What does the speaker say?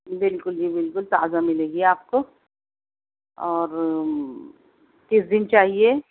بالکل جی بالکل تازہ ملے گی آپ کو اور کس دن چاہیے